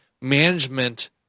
management